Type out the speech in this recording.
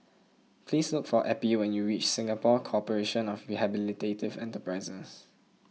please look for Eppie when you reach Singapore Corporation of Rehabilitative Enterprises